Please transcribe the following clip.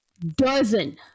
dozen